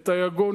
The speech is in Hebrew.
את היגון,